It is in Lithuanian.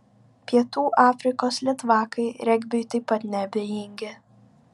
pietų afrikos litvakai regbiui taip pat neabejingi